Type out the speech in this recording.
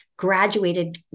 graduated